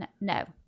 No